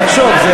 תחשוב,